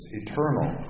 eternal